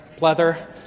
leather